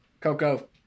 Coco